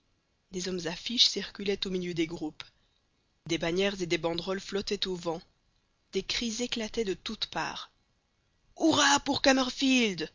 des hommes affiches circulaient au milieu des groupes des bannières et des banderoles flottaient au vent des cris éclataient de toutes parts hurrah pour